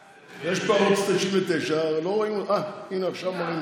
יש פה ערוץ 99, אין, לא רואים